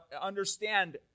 Understand